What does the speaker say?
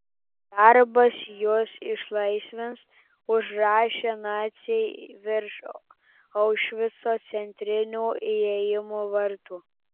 darbas jus išlaisvins užrašė naciai virš aušvico centrinio įėjimo vartų